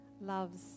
loves